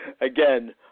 again